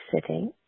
sitting